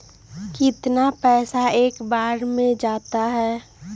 कितना पैसा एक बार में जाता है?